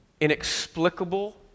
inexplicable